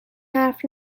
حرف